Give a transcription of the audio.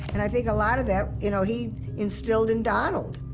and i think a lot of that, you know, he instilled in donald.